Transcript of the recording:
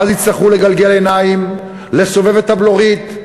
ואז יצטרכו לגלגל עיניים, לסובב את הבלורית,